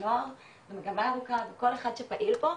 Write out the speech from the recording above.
הנוער ומגמה ירוקה וכל אחד שפעיל פה,